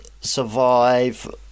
survive